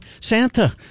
Santa